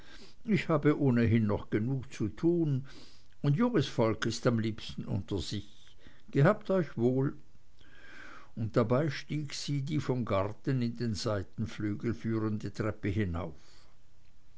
ich habe ohnehin noch zu tun und junges volk ist am liebsten unter sich gehabt euch wohl und dabei stieg sie die vom garten in den seitenflügel führende steintreppe hinauf